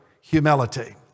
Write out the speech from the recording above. humility